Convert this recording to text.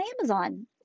Amazon